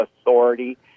authority